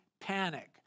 panic